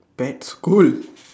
that's cool